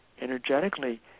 energetically